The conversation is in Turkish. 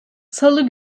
salı